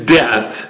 death